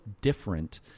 different